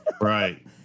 Right